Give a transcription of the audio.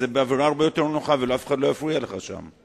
זה באווירה הרבה יותר נוחה ואף אחד לא יפריע לך שם.